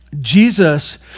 jesus